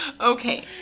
Okay